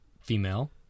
female